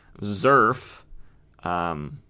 Zerf